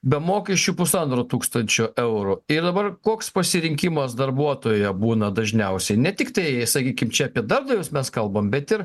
be mokesčių pusantro tūkstančio eurų ir dabar koks pasirinkimas darbuotojo būna dažniausiai ne tiktai sakykim čia apie darbdavius mes kalbam bet ir